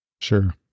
Sure